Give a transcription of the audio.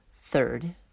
Third